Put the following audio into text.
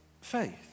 faith